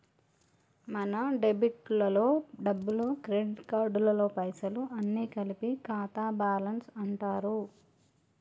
మన డెబిట్ లలో డబ్బులు క్రెడిట్ కార్డులలో పైసలు అన్ని కలిపి ఖాతా బ్యాలెన్స్ అంటారు